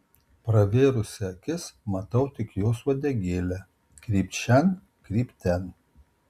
pravėrusi akis matau tik jos uodegėlę krypt šen krypt ten